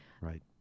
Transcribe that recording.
Right